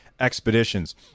Expeditions